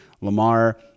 lamar